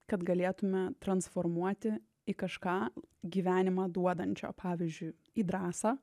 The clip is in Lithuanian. kad galėtume transformuoti į kažką gyvenimą duodančio pavyzdžiui į drąsą